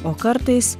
o kartais